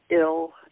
ill